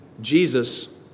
Jesus